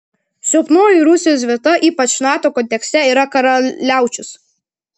silpnoji rusijos vieta ypač nato kontekste yra karaliaučius